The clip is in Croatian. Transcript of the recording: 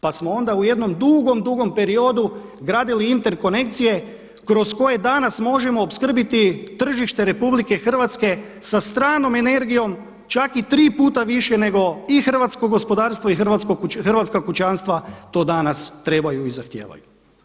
Pa smo onda u jednom dugom, dugom periodu gradili interkonekcije kroz koje danas možemo opskrbiti tržište RH sa stranom energijom čak i tri puta više nego i hrvatsko gospodarstvo i hrvatska kućanstva to danas trebaju i zahtijevaju.